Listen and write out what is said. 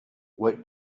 what